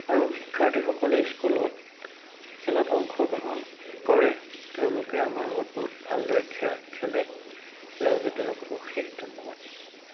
আৰু শিক্ষাৰ্থীসকলে স্কুলত খেলত অংশগ্ৰহণ কৰে তেওঁলোকে আমাৰ লগত বহুত ভালদৰে খে খেলে সেইবাবে তেওঁলোকক অশেষ ধন্যবাদ